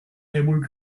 able